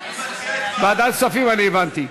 ועדת הכספים, אני הבנתי.